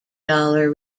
dollar